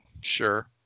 Sure